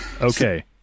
Okay